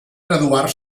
graduar